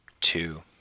two